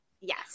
Yes